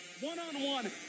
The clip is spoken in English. one-on-one